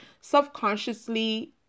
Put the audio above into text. subconsciously